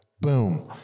Boom